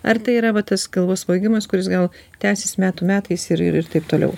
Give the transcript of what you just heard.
ar tai yra va tas galvos svaigimas kuris gal tęsis metų metais ir ir taip toliau